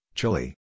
Chile